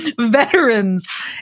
Veterans